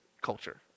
culture